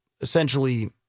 essentially